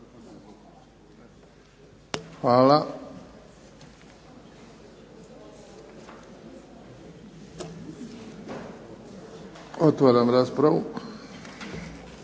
Hvala. Otvaram raspravu.